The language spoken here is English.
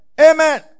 Amen